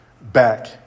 back